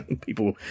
people